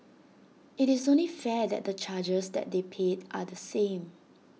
IT is only fair that the charges that they pay are the same